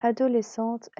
adolescente